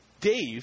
Dave